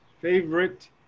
favorite